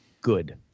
good